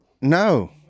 No